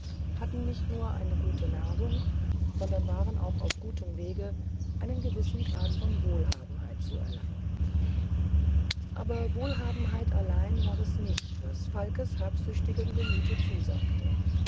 hatten nicht nur eine gute nahrung sondern waren auch auf gutem wege einen gewissen grad von wohlhabenheit zu erlangen aber wohlhabenheit allein war es nicht was falkes habsüchtigem gemüte zusagte